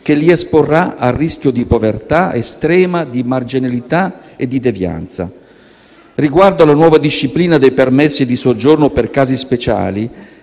che li esporrà al rischio di povertà estrema, di marginalità e di devianza. Riguardo alla nuova disciplina dei permessi di soggiorno per casi speciali,